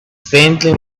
faintly